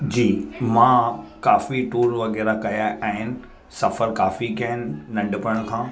जी मां काफ़ी टूर वग़ैरह कया आहिनि सफ़र काफ़ी कया आहिनि नंढिपण खां